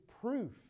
proof